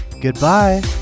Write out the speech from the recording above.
Goodbye